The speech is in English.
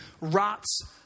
rots